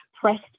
Pressed